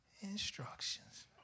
instructions